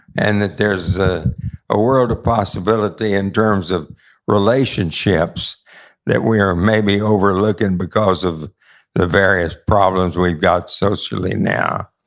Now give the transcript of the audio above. and there's ah a world of possibility in terms of relationships that we are maybe overlooking because of the various problems we've got socially now.